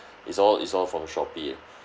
it's all it's all from Shopee